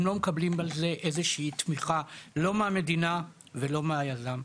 הם לא מקבלים על זה איזושהי תמיכה לא מהמדינה ולא מהיזם.